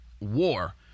war